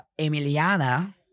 Emiliana